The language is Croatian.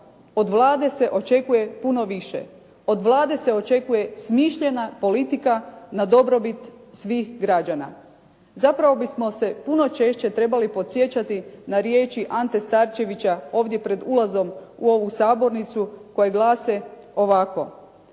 Od Vlade se očekuje puno više. Od Vlade se očekuje smišljena politika na dobrobit svih građana. Zapravo bismo se puno češće trebali podsjećati na riječi Ante Starčevića ovdje pred ulazom u ovu sabornicu koje glase ovako: